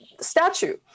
statue